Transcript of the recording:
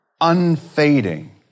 unfading